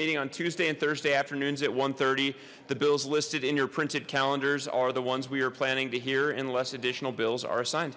meeting on tuesday and thursday afternoons at one thirty the bills listed in your printed calendars are the ones we are planning to hear unless additional bills are assigned